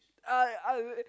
uh uh